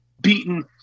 beaten